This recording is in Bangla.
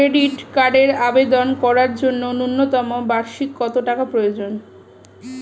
ক্রেডিট কার্ডের আবেদন করার জন্য ন্যূনতম বার্ষিক কত টাকা প্রয়োজন?